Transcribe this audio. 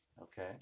okay